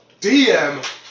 DM